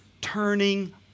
turning